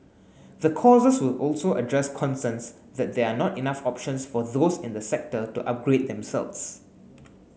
the courses will also address concerns that there are not enough options for those in the sector to upgrade themselves